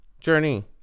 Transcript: Journey